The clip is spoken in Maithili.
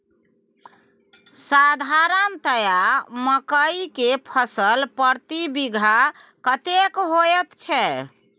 साधारणतया मकई के फसल प्रति बीघा कतेक होयत छै?